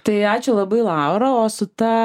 tai ačiū labai laura o su ta